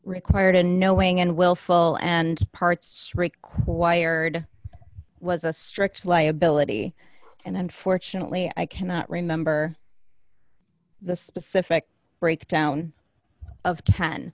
required and knowing and willful and parts required was a strict liability and unfortunately i cannot remember the specific breakdown of